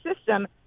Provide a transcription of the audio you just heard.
system